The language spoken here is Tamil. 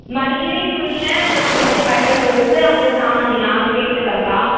மல்லி முல்லை அப்புறம் வந்து பட்டன் ரோஸு அப்புறம் சாமந்தி நாலு கேட்டுருக்கேன்கா